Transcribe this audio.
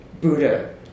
Buddha